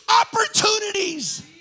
opportunities